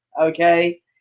Okay